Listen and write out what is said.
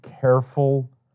careful